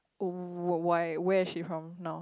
why where is she from now